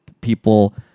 people